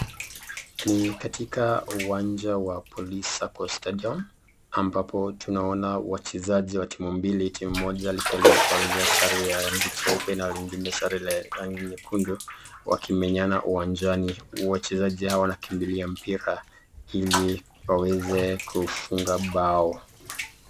Ni katika uwanja wa Police Sacco Stadium ambapo tunaona wachezaji wa timu mbili, timu moja likiwa limevalia sare ya rangi cheupe na lingine sare ya rangi nyekundu wakimenyana uwanjani. Wachezaji hawa wanakimbilia mpira ili waweze kufuga bao.